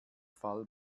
fall